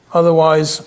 otherwise